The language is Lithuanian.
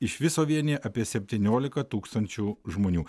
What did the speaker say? iš viso vienija apie septynioliką tūkstančių žmonių